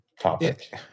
topic